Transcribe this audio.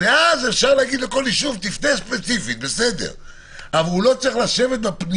ואז אפשר לומר לכל ישוב שיפנה ספציפית אבל הוא לא צריך להתחיל